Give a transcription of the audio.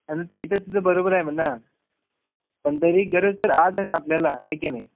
आणि ते तर तुझं बरोबर आहे म्हणा पण तरी गरज तर आज आहे ना आपल्याला आहे की नाही